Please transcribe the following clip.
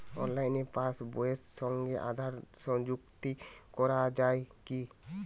অনলাইনে পাশ বইয়ের সঙ্গে আধার সংযুক্তি করা যায় কি?